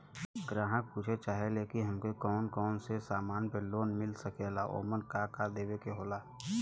ग्राहक पुछत चाहे ले की हमे कौन कोन से समान पे लोन मील सकेला ओमन का का देवे के होला?